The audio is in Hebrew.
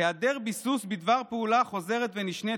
היעדר ביסוס בדבר פעולה חוזרת ונשנית